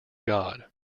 god